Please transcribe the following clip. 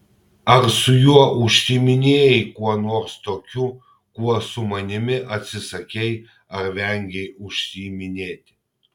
ar su juo užsiiminėjai kuo nors tokiu kuo su manimi atsisakei ar vengei užsiiminėti